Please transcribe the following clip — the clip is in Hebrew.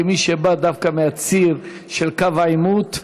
כמי שבא דווקא מהציר של קו העימות,